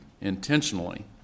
intentionally